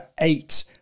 eight